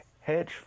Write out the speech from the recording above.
hedge